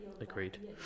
agreed